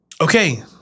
Okay